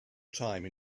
time